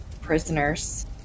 prisoners